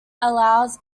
allows